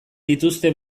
dituzte